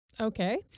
Okay